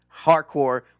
hardcore